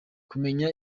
kumenya